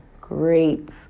great